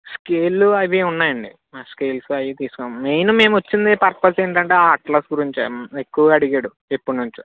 స్కేళ్ళు అవి ఉన్నాయండి స్కేల్స్ అవి తీసుకున్న మెయిన్ మేము వచ్చిన పర్పస్ ఏంటంటే ఆ అట్లాస్ గురించి ఎక్కువగా అడిగాడు ఎప్పటి నుంచో